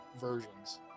versions